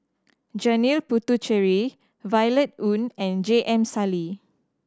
Janil Puthucheary Violet Oon and J M Sali